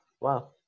wow